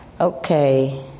Okay